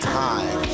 time